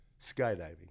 skydiving